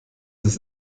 ist